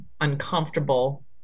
uncomfortable